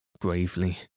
gravely